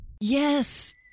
Yes